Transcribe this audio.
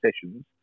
sessions